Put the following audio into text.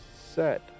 set